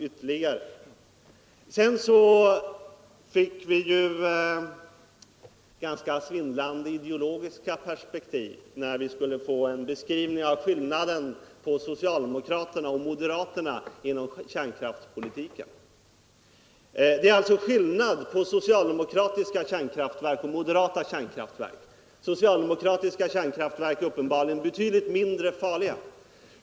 Sedan fick vi oss till livs ganska svindlande perspektiv när vi skulle få en beskrivning av skillnaden mellan socialdemokraternas och moderaternas kärnkraftspolitik. Det är alltså skillnad på socialdemokratiska kärnkraftverk och på moderata kärnkraftverk'- socialdemokratiska kärnkraftverk skulle uppenbarligen vara betydligt mindre farliga!